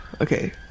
okay